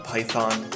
Python